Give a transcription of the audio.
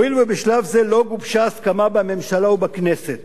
הואיל ובשלב זה לא גובשה הסכמה בממשלה ובכנסת